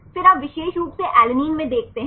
फिर आप विशेष रूप से अलैनिन में देखते हैं